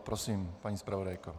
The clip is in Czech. Prosím, paní zpravodajko.